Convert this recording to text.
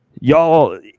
Y'all